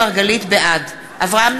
בעד אברהם נגוסה,